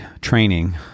training